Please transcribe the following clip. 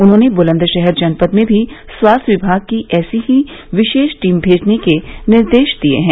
उन्होंने बुलंदशहर जनपद में भी स्वास्थ्य विभाग की ऐसी ही विशेष टीम भेजने के निर्देश दिए हैं